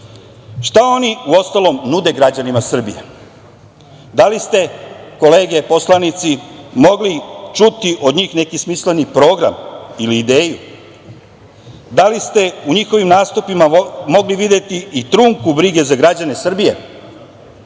oni, uostalom, nude građanima Srbije? Da li ste, kolege poslanici, mogli čuti od njih neki smisleni program ili ideju? Da li ste u njihovim nastupima mogli videti i trunku brige za građe Srbije?